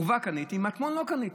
מטמון לא קניתי,